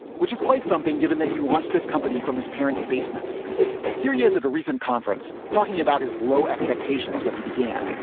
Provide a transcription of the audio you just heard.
which is quite something given that he wants this company from his parents basement here he is at a recent conference talking about his low expectations when he began